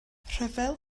rhyfel